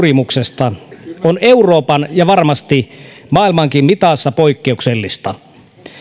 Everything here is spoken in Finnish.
kurimuksesta on euroopan ja varmasti maailmankin mitassa poikkeuksellista